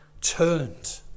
turned